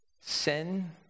sin